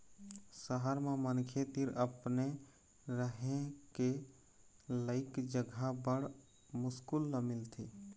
सहर म मनखे तीर अपने रहें के लइक जघा बड़ मुस्कुल ल मिलथे